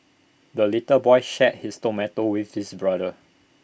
the little boy shared his tomato with his brother